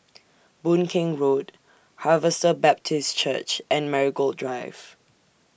Boon Keng Road Harvester Baptist Church and Marigold Drive